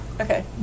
Okay